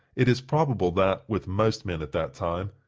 it is probable that, with most men at that time,